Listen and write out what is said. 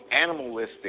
animalistic